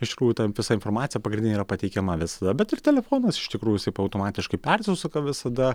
iš tikrųjų ta visa informacija pagrindinė yra pateikiama visada bet ir telefonas iš tikrųjų jisai automatiškai persisuka visada